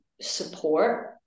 support